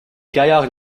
gaillards